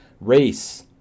race